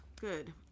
good